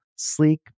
sleek